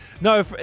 No